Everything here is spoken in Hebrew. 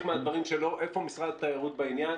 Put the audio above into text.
מהדברים שלו איפה משרד התיירות בעניין?